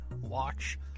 watch